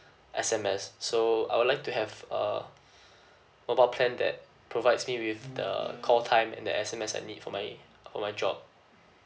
S_M_S so I would like to have uh mobile plan that provides me with the call time and the S_M_S I need for my for my job